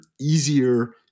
easier